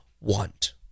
want